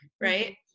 right